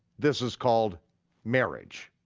this is called marriage.